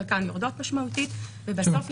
חלקן יורדות משמעותית ובסוף,